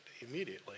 immediately